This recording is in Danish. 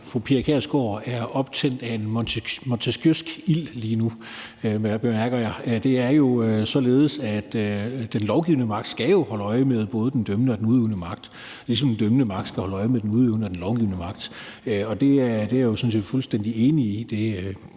at fru Pia Kjærsgaard er optændt af en montesquieusk ild lige nu. Det bemærker jeg. Det er således, at den lovgivende magt jo skal holde øje med både den dømmende og den udøvende magt, ligesom den dømmende magt skal holde øje med den udøvende og den lovgivende magt. Jeg er sådan set fuldstændig enig i